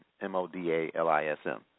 M-O-D-A-L-I-S-M